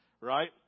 right